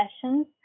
sessions